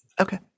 Okay